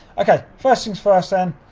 okay, first things first then,